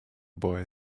boy